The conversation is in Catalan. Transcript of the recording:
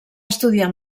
estudiar